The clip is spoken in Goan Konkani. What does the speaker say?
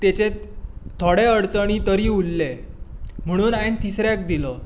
तेचे थोडे अडचणी तरी उरले म्हणून हांयेन तिसऱ्याक दिलो